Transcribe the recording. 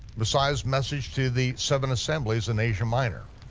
messiah's message to the seven assemblies in asia minor.